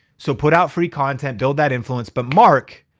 so put out free content, build that influence, but mark,